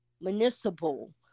municipal